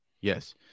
Yes